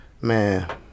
Man